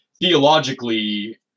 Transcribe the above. theologically